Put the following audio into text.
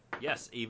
Yes